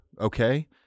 okay